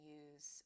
use